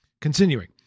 Continuing